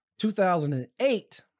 2008